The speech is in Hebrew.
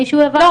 לא,